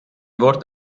wort